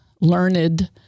learned-